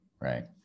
Right